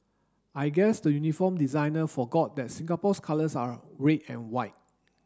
I guess the uniform designer forgot that Singapore's colours are red and white